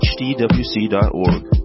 hdwc.org